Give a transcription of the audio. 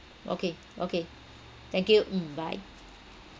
okay okay thank you mm bye